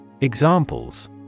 Examples